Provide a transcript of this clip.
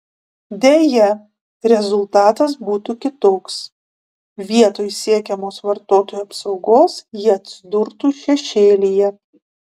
deja rezultatas būtų kitoks vietoj siekiamos vartotojų apsaugos jie atsidurtų šešėlyje